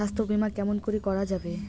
স্বাস্থ্য বিমা কেমন করি করা যাবে?